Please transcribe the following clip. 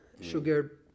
Sugar